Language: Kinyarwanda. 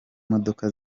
modoka